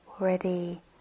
already